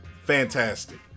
Fantastic